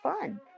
fun